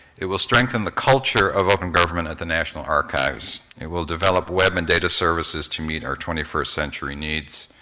it will strengthen the culture of open government at the national archives. it will develop web and data services to meet our twenty first century needs.